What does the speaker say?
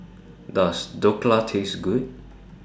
Does Dhokla Taste Good